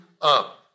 up